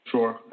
Sure